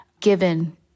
given